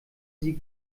sie